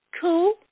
cool